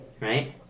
right